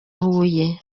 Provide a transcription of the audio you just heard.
huye